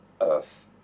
Earth